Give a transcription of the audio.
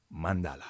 mandala